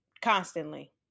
Constantly